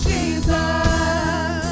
Jesus